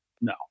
No